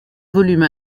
volumes